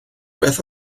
beth